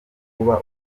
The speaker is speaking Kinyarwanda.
kuba